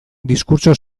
diskurtso